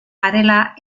garela